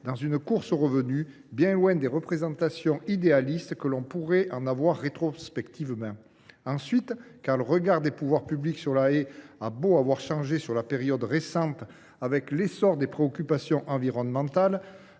dans la course aux revenus, bien loin des représentations idéalisées que l’on pourrait en avoir rétrospectivement. Ensuite, car, si le regard des pouvoirs publics sur la haie a beau avoir changé dans la période récente avec l’essor des préoccupations environnementales,